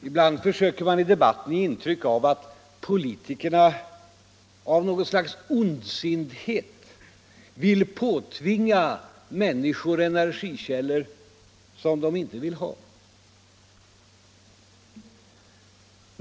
Ibland söker man i debatten ge intryck av att politikerna av ondsinthet vill påtvinga människor energikällor som de inte vill ha.